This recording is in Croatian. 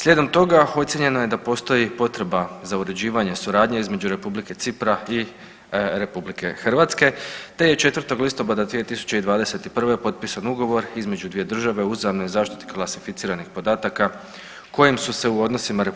Slijedom toga ocijenjeno je da postoji potreba za uređivanje suradnje između Republike Cipra i RH, te je 4. listopada 2021. potpisan ugovor između dvije države o uzajamnoj zaštiti klasificiranih podataka kojim se u odnosima RH